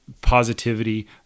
positivity